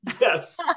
Yes